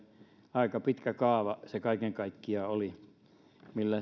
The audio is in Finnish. aika pitkä kaava se kaiken kaikkiaan oli millä